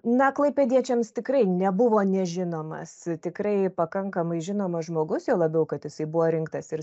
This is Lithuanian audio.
na klaipėdiečiams tikrai nebuvo nežinomas tikrai pakankamai žinomas žmogus juo labiau kad jisai buvo rinktas ir